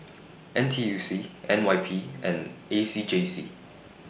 N T U C N Y P and A C J C